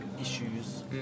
issues